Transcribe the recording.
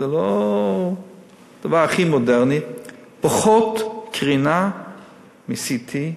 זה לא דבר הכי מודרני, פחות קרינה מ-CT,